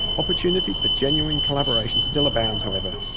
opportunities for genuine collaboration still abound however,